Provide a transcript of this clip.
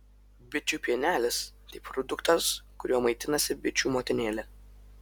bičių pienelis tai produktas kuriuo maitinasi bičių motinėlė